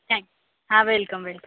thanks हा welcome welcome